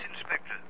Inspector